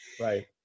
Right